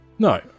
No